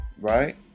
right